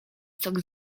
sok